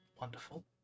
Wonderful